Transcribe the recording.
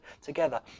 together